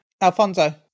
alfonso